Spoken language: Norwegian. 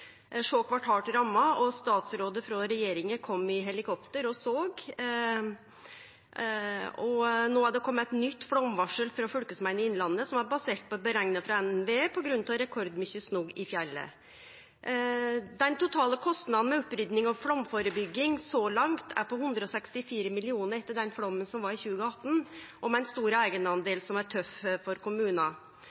ramma, og statsråden frå regjeringa kom i helikopter og såg. No har det kome eit nytt flaumvarsel frå Fylkesmannen i Innlandet som er basert på berekningar frå NVE, på grunn av rekordmykje snø i fjellet. Den totale kostnaden for opprydding og flaumførebygging så langt er på 164 mill. kr etter den flaumen som var i 2018, med ein stor eigendel, som er tøff for kommunane.